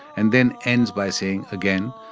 and then ends by saying again,